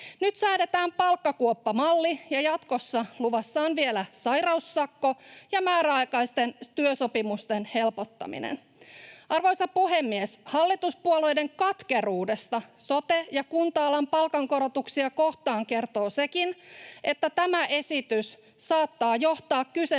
Nyt säädetään palkkakuoppamalli, ja jatkossa luvassa on vielä sairaussakko ja määräaikaisten työsopimusten helpottaminen. Arvoisa puhemies! Hallituspuolueiden katkeruudesta sote- ja kunta-alan palkankorotuksia kohtaan kertoo sekin, että tämä esitys saattaa johtaa kyseisen